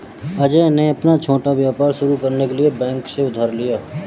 अजय ने अपना छोटा व्यापार शुरू करने के लिए बैंक से उधार लिया